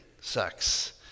sex